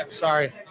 sorry